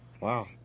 Wow